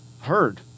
heard